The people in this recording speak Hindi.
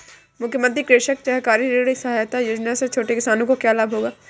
मुख्यमंत्री कृषक सहकारी ऋण सहायता योजना से छोटे किसानों को क्या लाभ होगा?